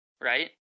right